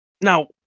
now